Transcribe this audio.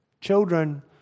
Children